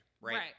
right